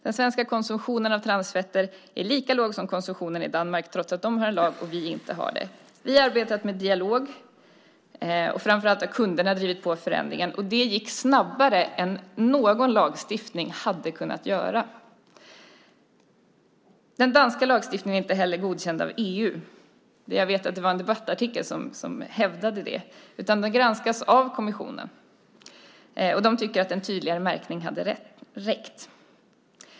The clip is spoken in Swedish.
Den svenska konsumtionen av transfetter är lika låg som konsumtionen i Danmark trots att de har en lag och vi inte har det. Vi har arbetat med dialog, och framför allt har kunderna drivit på förändringen. Och det gick snabbare än någon lagstiftning hade kunnat göra. Den danska lagstiftningen är inte heller godkänd av EU, som jag vet att en debattartikel hävdade, utan granskas nu av kommissionen som tycker att en tydligare märkning hade räckt.